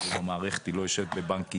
המערכת לא יושבת בבנק ישראל,